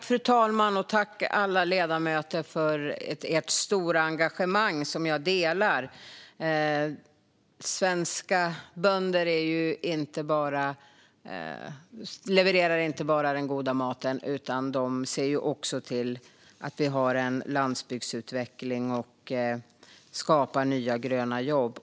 Fru talman! Tack till alla ledamöter för ert stora engagemang, som jag delar! Svenska bönder levererar inte bara den goda maten, utan de ser också till att vi har en landsbygdsutveckling och skapar nya gröna jobb.